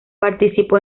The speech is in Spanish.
participó